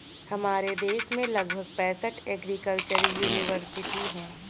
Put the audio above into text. हमारे देश में लगभग पैंसठ एग्रीकल्चर युनिवर्सिटी है